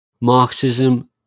Marxism